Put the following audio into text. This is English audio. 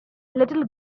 little